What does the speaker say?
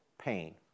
pain